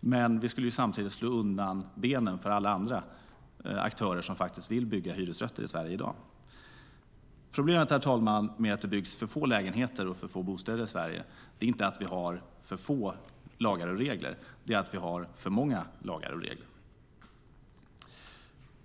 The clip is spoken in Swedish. men det skulle samtidigt slå undan benen för alla andra aktörer som vill bygga hyresrätter i Sverige i dag. Problemet, herr talman, med att det byggs för få lägenheter och för få bostäder i Sverige är inte att vi har få lagar och regler, utan det är att vi har för många lagar och regler.